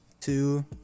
two